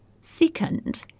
Second